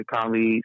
colleagues